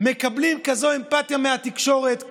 מקבלים כזאת אמפתיה מהתקשורת,